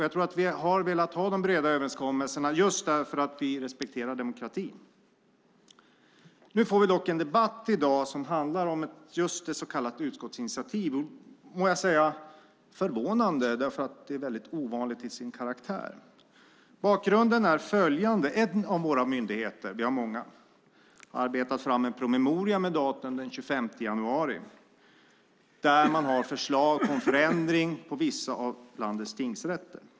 Jag tror att vi har velat ha de breda överenskommelserna just därför att vi respekterar demokratin. Nu får vi dock en debatt i dag som handlar om just ett så kallat utskottsinitiativ. Och jag må säga att det är förvånande, för det är väldigt ovanligt till sin karaktär. Bakgrunden är följande. En av våra myndigheter - vi har många - har arbetat fram en promemoria med datum den 25 januari där man har förslag om förändring på vissa av landets tingsrätter.